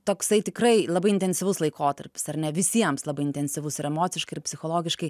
toksai tikrai labai intensyvus laikotarpis ar ne visiems labai intensyvus ir emociškai ir psichologiškai